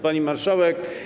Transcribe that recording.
Pani Marszałek!